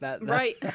Right